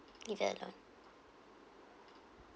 leave it alone